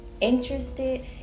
interested